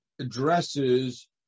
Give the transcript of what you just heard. addresses